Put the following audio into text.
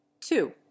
two